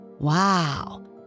Wow